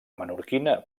menorquina